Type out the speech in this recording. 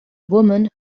woman